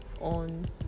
on